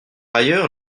ailleurs